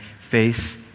face